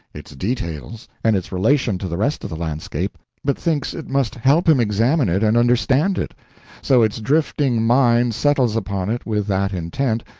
its details, and its relation to the rest of the landscape, but thinks it must help him examine it and understand it so its drifting mind settles upon it with that intent,